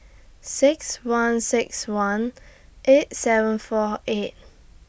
six one six one eight seven four eight